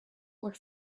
were